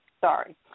sorry